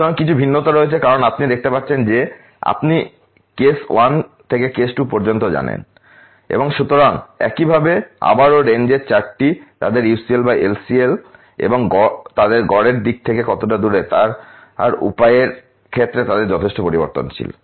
সুতরাং কিছু ভিন্নতা রয়েছে কারণ আপনি দেখতে পাচ্ছেন যে আপনি কেস এক থেকে কেস টু পর্যন্ত জানেন এবং সুতরাং একইভাবে আবারও রেঞ্জের চার্টটি তাদের ইউসিএল বা এলসিএল এবং তাদের গড়ের দিক থেকে কতটা দূরে তার উপায়ের ক্ষেত্রে তাদের যথেষ্ট পরিবর্তনশীল